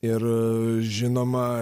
ir žinoma